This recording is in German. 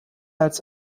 als